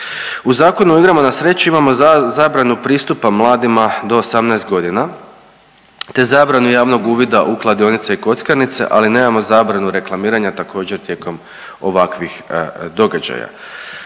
U Zakonu o igrama na sreću imamo zabranu pristupa mladima do 18 godina, te zabranu javnog uvida u kladionice i kockarnice, ali nemamo zabranu reklamiranja također tijekom ovakvih događaja.